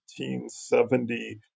1970